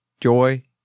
joy